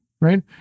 right